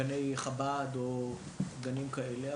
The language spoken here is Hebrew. גני חב"ד או גנים כאלה,